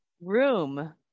room